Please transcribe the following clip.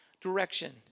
direction